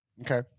Okay